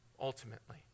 ultimately